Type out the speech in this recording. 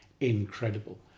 incredible